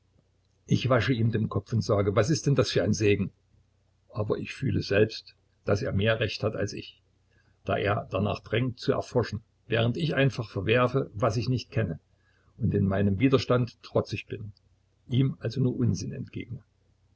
ich wasche ihm den kopf und sage was ist denn das für ein segen aber ich fühle selbst daß er mehr recht hat als ich da er darnach drängt zu erforschen während ich einfach verwerfe was ich nicht kenne und in meinem widerstande trotzig bin ihm also nur unsinn